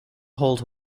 hold